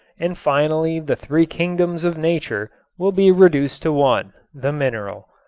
and finally the three kingdoms of nature will be reduced to one, the mineral.